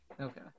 Okay